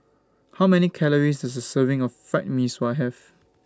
How Many Calories Does A Serving of Fried Mee Sua Have